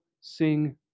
sing